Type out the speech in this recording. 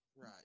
right